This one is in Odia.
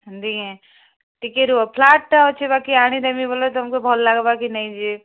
ହୁଁ ଦେଖିଏଁ ଟିକେ ରୁହ ଫ୍ଲାଟ୍ଟା ଅଛି ବାକି ଆଣି ଦେମି ବୋଲେ ତୋମ୍କୁ ଭଲ୍ ଲାଗବା କି ନେଇଁ ଯେ